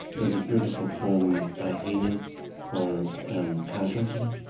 there's a beautiful poem by heaney called um casualty.